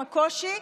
עם הקושי,